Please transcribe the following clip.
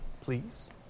please